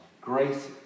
Grace